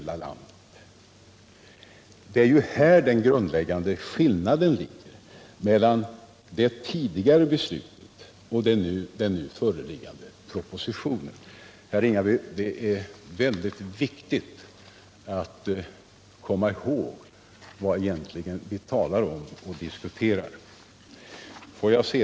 läkare Det är här den grundläggande skillnaden ligger mellan det tidigare beslutet och den nu föreliggande propositionen. Det är, herr Ringaby, viktigt att komma ihåg vad vi här diskuterar. Herr talman!